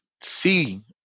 see